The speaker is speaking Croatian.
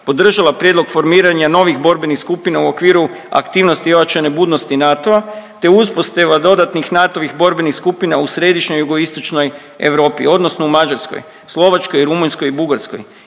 podržala prijedlog formiranja novih borbenih skupina u okviru aktivnosti i ojačane budnosti NATO-a te uspostava dodatnih NATO-vih borbenih skupina u središnjoj jugoistočnoj Europi odnosno u Mađarskoj, Slovačkoj, Rumunjskoj i Bugarskoj